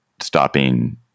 stopping